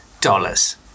dollars